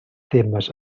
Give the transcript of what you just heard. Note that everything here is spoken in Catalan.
temes